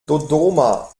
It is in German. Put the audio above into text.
dodoma